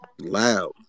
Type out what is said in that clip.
Loud